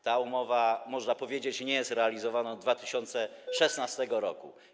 Ta umowa, można powiedzieć, nie jest realizowana od 2016 r.